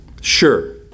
Sure